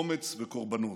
אומץ וקורבנות.